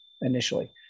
initially